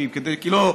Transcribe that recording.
כדי שלא,